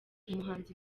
umuhanzi